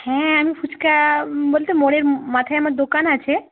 হ্যাঁ আমি ফুচকা বলতে মোড়ের মাথায় আমার দোকান আছে